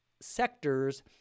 sector's